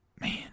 man